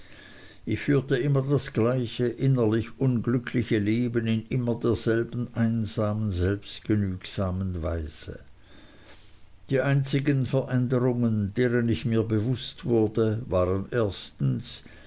ich führte immer das gleiche innerlich unglückliche leben in immer derselben einsamen selbstgenügsamen weise die einzigen veränderungen deren ich mir bewußt wurde waren erstens